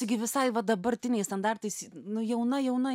taigi visai va dabartiniais standartais nu jauna jauna